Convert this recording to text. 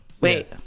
Wait